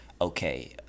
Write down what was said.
okay